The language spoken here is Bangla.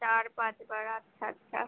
চার পাঁচ বার আচ্ছা আচ্ছা